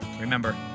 Remember